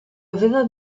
aveva